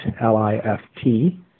L-I-F-T